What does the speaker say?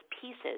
pieces